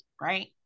right